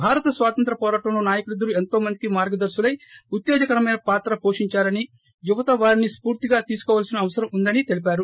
భారత స్వాతంత్ర్య వోరాటంలో నాయకులిద్దరూ ఎంతో మందికి మార్గదర్పులై ఉత్తేజకరమైన పాత్ర పోషించారని యువత వారీని స్పూర్తిగా తీసుకోవాల్సిన అవసరం ఉందని తెలిపారు